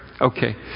Okay